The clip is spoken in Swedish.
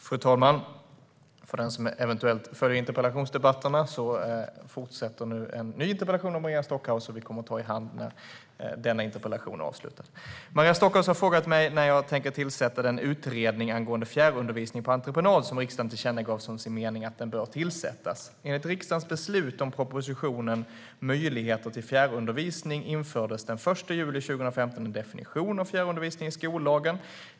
Fru talman! Nu fortsätter vi med ytterligare en interpellation från Maria Stockhaus, och vi kommer ta i hand och tacka varandra när denna interpellationsdebatt är avslutad. Maria Stockhaus har frågat mig när jag tänker tillsätta den utredning angående fjärrundervisning på entreprenad som riksdagen tillkännagav som sin mening att den bör tillsättas. Enligt riksdagens beslut om propositionen Möjligheter till fjärrundervisning infördes den 1 juli 2015 en definition av fjärrundervisning i skollagen.